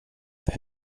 det